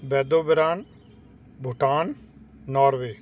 ਬੈਦੋਬਿਰਾਨ Bhutan Norway